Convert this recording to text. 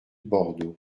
bordeaux